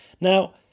Now